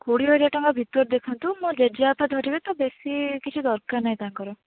କୋଡ଼ିଏ ହଜାର ଟଙ୍କା ଭିତରେ ଦେଖାନ୍ତୁ ମୋ ଜେଜେବାପା ଧରିବେ ତ ବେଶୀ କିଛି ଦରକାର ନାହିଁ ତାଙ୍କର